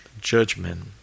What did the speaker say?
judgment